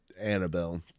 Annabelle